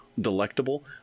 Delectable